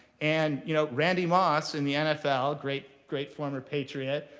and you know randy moss in the nfl, great, great former patriot.